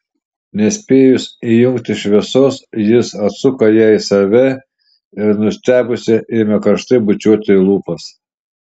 nespėjus įjungti šviesos jis atsuko ją į save ir nustebusią ėmė karštai bučiuoti į lūpas